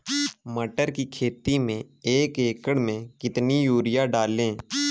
मटर की खेती में एक एकड़ में कितनी यूरिया डालें?